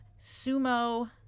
sumo